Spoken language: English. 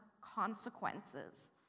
consequences